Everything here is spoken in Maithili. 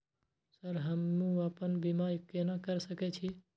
सर हमू अपना बीमा केना कर सके छी?